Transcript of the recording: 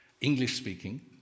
English-speaking